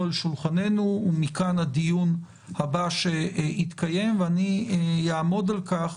על שולחננו מכאן הדיון הבא שיתקיים ואני אעמוד על כך